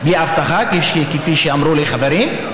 כפי שאמרו לי חברים,